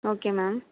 okay ma'am